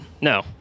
no